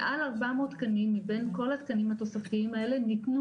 מעל ארבע מאות תקנים מבין כל התקנים התוספתיים האלה ניתנו